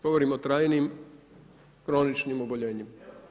Govorimo o trajnim kroničnim oboljenjima.